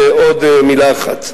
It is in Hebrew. עוד מלה אחת.